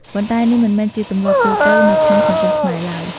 ប៉ុន្តែនេះមិនមែនជាទម្លាប់ទូទៅនៅក្នុងសង្គមខ្មែរឡើយ។